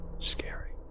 scary